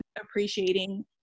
appreciating